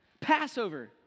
Passover